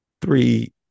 three